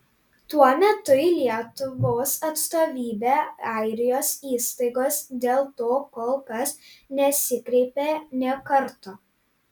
tuo metu į lietuvos atstovybę airijos įstaigos dėl to kol kas nesikreipė nė karto